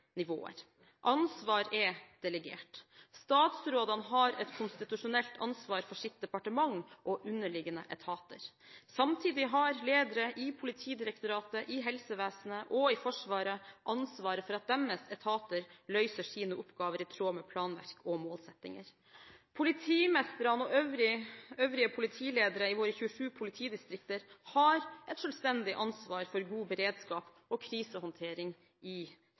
nivåer. Ansvar er delegert. Statsrådene har et konstitusjonelt ansvar for sitt departement og underliggende etater. Samtidig har ledere i Politidirektoratet, i helsevesenet og i Forsvaret ansvar for at deres etater løser sine oppgaver i tråd med planverk og målsettinger. Politimestrene og øvrige politiledere i våre 27 politidistrikter har et selvstendig ansvar for god beredskap og krisehåndtering i